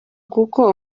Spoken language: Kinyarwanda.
kuko